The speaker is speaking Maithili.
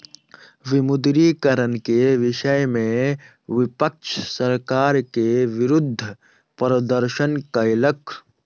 विमुद्रीकरण के विषय में विपक्ष सरकार के विरुद्ध प्रदर्शन कयलक